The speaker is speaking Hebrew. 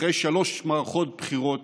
אחרי שלוש מערכות בחירות